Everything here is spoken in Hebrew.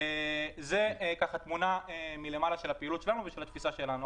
זו תמונה מלמעלה של הפעילות והתפיסה שלנו.